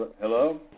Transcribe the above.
Hello